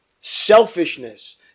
Selfishness